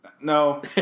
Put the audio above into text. No